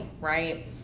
right